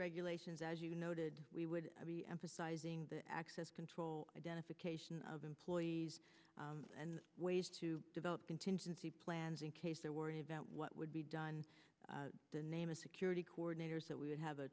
regulations as you noted we would be emphasizing the access control identification of employees and ways to develop contingency plans in case they're worried about what would be done in the name of security coordinators that we would have a